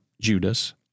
judas